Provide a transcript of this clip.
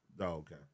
okay